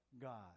God